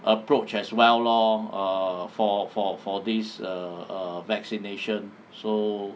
approach as well lor err for for for this err err vaccination so